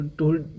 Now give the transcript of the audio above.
told